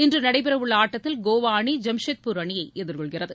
இன்று நடைபெறவுள்ள ஆட்டத்தில் கோவா அணி ஜாம்செட்பூர் அணியை எதிர்கொள்கிறது